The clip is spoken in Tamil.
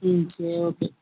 ம் சரி ஓகே